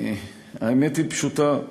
האמת היא פשוטה: